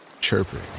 chirping